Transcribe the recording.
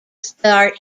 start